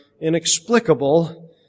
inexplicable